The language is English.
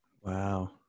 Wow